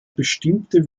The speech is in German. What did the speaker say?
bestimmte